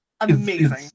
amazing